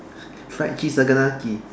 fried cheese saganaki